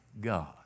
God